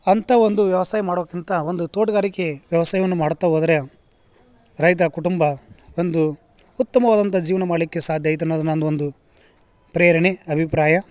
ಅಂತ ಒಂದು ವ್ಯವಸಾಯ ಮಾಡಬೇಕಂತ ಒಂದು ತೋಟಗಾರಿಕೆ ವ್ಯವಸಾಯವನ್ನ ಮಾಡುತ್ತಾ ಹೋದ್ರೆ ರೈತ ಕುಟುಂಬ ಒಂದು ಉತ್ತಮವಾದಂತಹ ಜೀವನ ಮಾಡಲಿಕ್ಕೆ ಸಾಧ್ಯ ಐತ ಅನ್ನೋದು ನಂದ ಒಂದು ಪ್ರೇರಣೆ ಅಭಿಪ್ರಾಯ